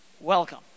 Welcome